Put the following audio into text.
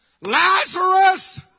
Lazarus